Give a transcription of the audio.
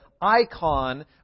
icon